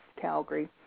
Calgary